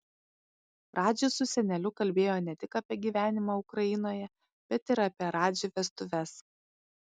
radži su seneliu kalbėjo ne tik apie gyvenimą ukrainoje bet ir apie radži vestuves